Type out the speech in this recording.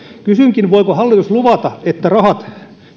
kysynkin voiko hallitus luvata että rahat